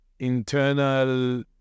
internal